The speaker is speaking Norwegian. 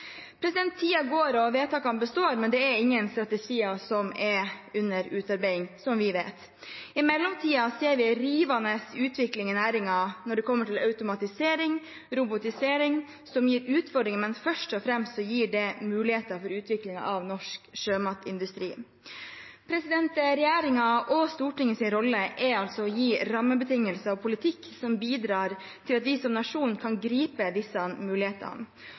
går, og vedtakene består, men det er ingen strategier som er under utarbeiding, som vi vet. I mellomtiden ser vi en rivende utvikling i næringen når det kommer til automatisering og robotisering, som gir utfordringer, men først og fremst muligheter for utvikling av norsk sjømatindustri. Regjeringen og Stortingets rolle er å gi rammebetingelser og politikk som bidrar til at vi som nasjon kan gripe disse mulighetene.